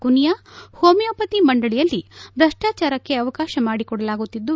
ಕುನಿಯಾ homeopathy ಮಂಡಳಿಯಲ್ಲಿ ಭ್ರಷ್ಟಾಚಾರಕ್ಕೆ ಅವಕಾತ ಮಾಡಿಕೊಡಲಾಗುತ್ತಿದ್ದು